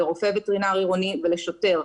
לרופא וטרינר עירוני ולשוטר.